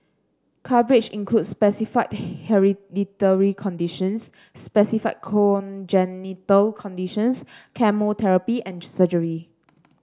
coverage includes specified hereditary conditions specified congenital conditions chemotherapy and surgery